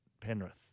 Penrith